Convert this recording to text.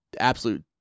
absolute